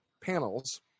panels